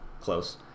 Close